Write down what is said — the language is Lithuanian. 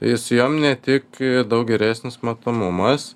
ir su jom ne tik daug geresnis matomumas